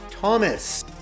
Thomas